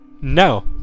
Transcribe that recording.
no